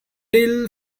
deal